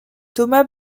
thomas